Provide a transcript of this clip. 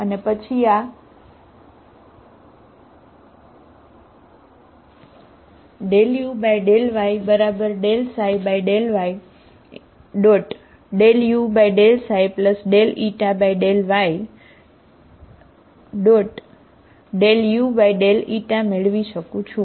અને પછી આ ∂u∂y∂y∂u ∂y∂u મેળવી શકું છું